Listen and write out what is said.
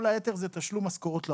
כל היתר זה תשלום משכורות לעובדים.